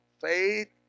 faith